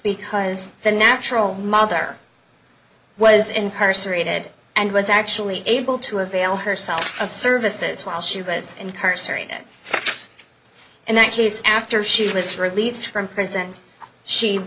because the natural mother was incarcerated and was actually able to avail herself of services while she was incarcerated in that case after she was released from prison she